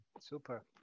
Super